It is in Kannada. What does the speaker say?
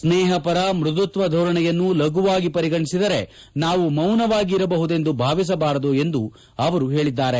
ಸ್ನೇಹವರ ಮ್ಸದುತ್ವ ಧೋರಣೆಯನ್ನು ಲಘುವಾಗಿ ಪರಿಗಣಿಸಿದರೆ ನಾವು ಮೌನವಾಗಿ ಇರಬಹುದೆಂದು ಯಾರೂ ಭಾವಿಸಬಾರದು ಎಂದು ಅವರು ಹೇಳಿದ್ದಾರೆ